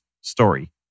story